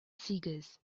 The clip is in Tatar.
сигез